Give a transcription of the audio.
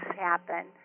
happen